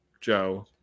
joe